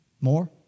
more